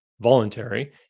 voluntary